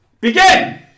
begin